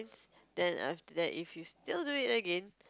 once then after that if you still do it again